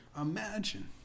Imagine